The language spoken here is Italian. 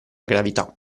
gravità